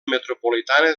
metropolitana